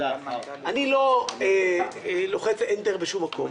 אני לא לוחץ "אינטר" בשום מקום.